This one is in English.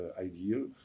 ideal